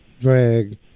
drag